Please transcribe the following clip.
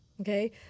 Okay